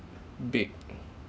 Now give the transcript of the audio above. big